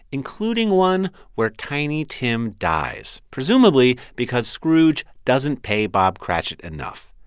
including one where tiny tim dies, presumably because scrooge doesn't pay bob cratchit enough.